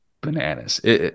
bananas